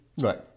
Right